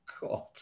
God